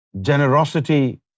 generosity